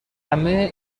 همه